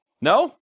No